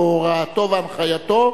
והוראתו והנחייתו,